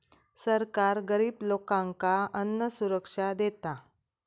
सरकार गरिब लोकांका अन्नसुरक्षा देता